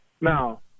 Now